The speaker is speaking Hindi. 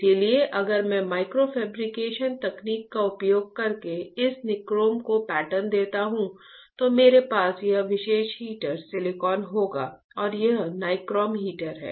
इसलिए अगर मैं माइक्रो फैब्रिकेशन तकनीक का उपयोग करके इस निक्रोम को पैटर्न देता हूं तो मेरे पास यह विशेष हीटर सिलिकॉन होगा और यह नाइक्रोम हीटर है